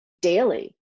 daily